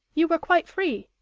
you were quite free.